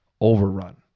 overrun